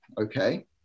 Okay